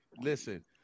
Listen